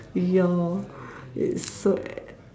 ya it's so uh